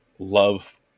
love